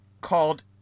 called